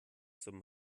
zum